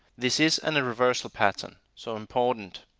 this is and a reversal pattern. so important.